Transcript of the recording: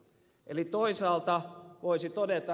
eli toisaalta voisi todeta